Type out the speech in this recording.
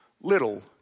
little